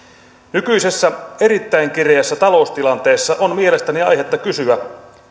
nykyisessä erittäin kireässä taloustilanteessa on mielestäni aihetta kysyä